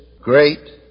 great